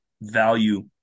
value